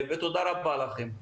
תודה רבה לכם.